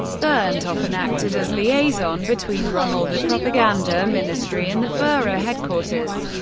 berndt often acted as liaison between rommel, the propaganda ministry and the fuhrer headquarters.